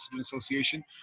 Association